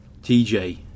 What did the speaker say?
TJ